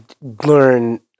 learn